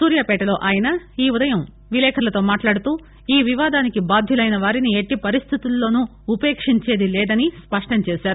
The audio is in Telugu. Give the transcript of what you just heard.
సూర్యాపేటలో ఆయన ఈ ఉదయం విలేకరులతో మాట్లాడుతూ ఈ వివాదానికి బాధ్యులైన వారిని ఎట్లిపరిస్థితుల్లో ఉపేక్షించేది లేదని ఆయన స్పష్టం చేశారు